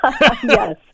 Yes